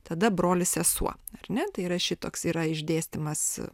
tada brolis sesuo ar ne tai yra šitoks yra išdėstymas